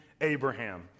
Abraham